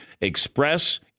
Express